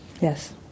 Yes